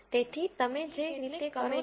તેથી તમે જે રીતે કરો છો તે નીચે મુજબ છે